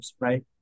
right